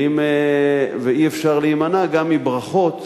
ואי-אפשר להימנע גם מברכות